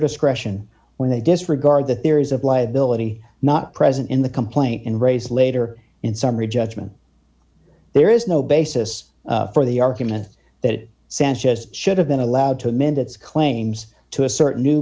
discretion when they disregard the theories of liability not present in the complaint and raise later in summary judgment there is no basis for the argument that sanchez should have been allowed to amend its claims to a certain new